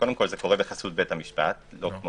זה קורה בחסות בית המשפט לא כמו